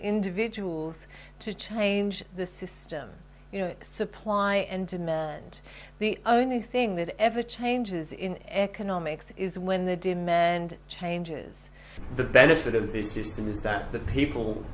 individual to change the system you know supply and demand and the only thing that ever changes in economics is when the demand change is the benefit of the